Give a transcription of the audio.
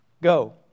Go